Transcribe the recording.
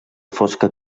fosca